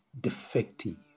defective